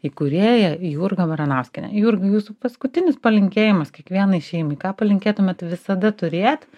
įkūrėją jurgą baranauskienę jurga jūsų paskutinis palinkėjimas kiekvienai šeimai ką palinkėtumėt visada turėti